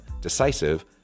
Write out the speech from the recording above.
decisive